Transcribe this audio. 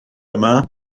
yma